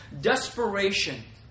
desperation